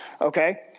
Okay